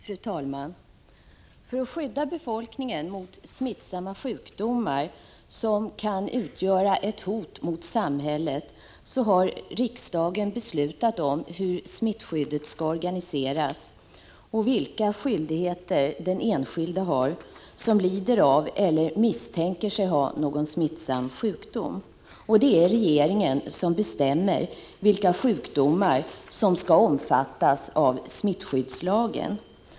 Fru talman! För att skydda befolkningen mot smittsamma sjukdomar som kan utgöra ett hot mot samhället har riksdagen beslutat om hur smittskyddet skall organiseras och vilka skyldigheter den enskilde som lider av eller misstänker sig ha någon smittsam sjukdom har. Det är regeringen som bestämmer vilka sjukdomar som skall omfattas av smittskyddslagen.